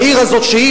לעיר הזו שהיא,